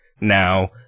now